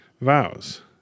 vows